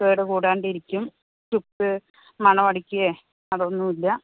കേടുകൂടാണ്ടിരിക്കും ചുക്ക് മണവടിക്കുക അതൊന്നുമില്ല